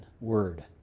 word